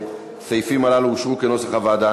הסעיפים הללו אושרו כנוסח הוועדה.